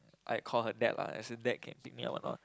I call her dad lah ask her dad can pick me up or not